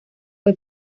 fue